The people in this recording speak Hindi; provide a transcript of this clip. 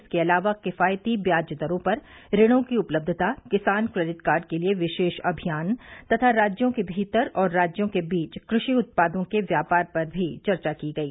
इसके अलावा किफायती ब्याज दरों पर ऋणों की उपलब्धता किसान क्रेडिट कार्ड के लिए विशेष अभियान तथा राज्य के भीतर और राज्यों के बीच कृषि उत्पादों के व्यापार पर भी चर्चा की गई